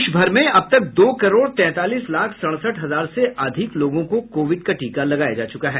देश भर में अब तक दो करोड़ तैंतालीस लाख सड़सठ हजार से अधिक लोगों को कोविड का टीका लगाया जा चुका है